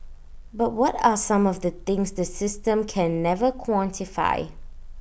but what are some of the things the system can never quantify